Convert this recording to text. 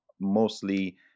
mostly